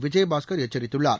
விஜயபாஸ்கர் எச்சரித்துள்ளார்